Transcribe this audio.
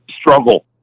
struggle